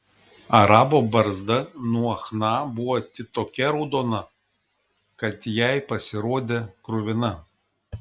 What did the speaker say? arabo barzda nuo chna buvo tokia raudona kad jai pasirodė kruvina